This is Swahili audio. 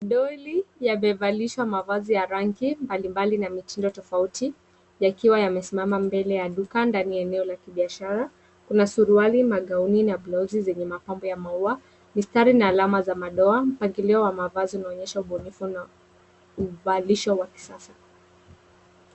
Doli yamevalishwa mavazi ya rangi mbalimbali na mitindo tofauti yakiwa yamesimama mbele ya duka ndani ya eneo la kibiashara. Kuna suruali, magauni na mablauzi zenye mapambo ya maua , mistari na alama za madoa .Mpangilio wa mavazi unaonyesha ubunifu na uvalisho wa kisasa.